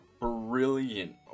brilliant